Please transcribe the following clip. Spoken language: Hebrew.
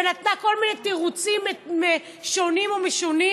ונתנה כל מיני תירוצים שונים ומשונים